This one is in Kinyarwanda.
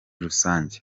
rusange